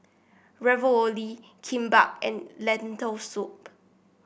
Ravioli Kimbap and Lentil Soup